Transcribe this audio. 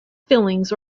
fillings